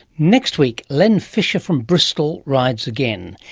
next week, len fisher from bristol rides again.